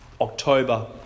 October